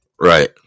Right